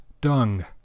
dung